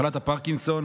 מחלת פרקינסון,